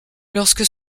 lorsque